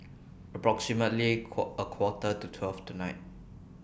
approximately A Quarter to twelve tonight